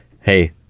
hey